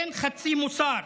אין חצי מוסר.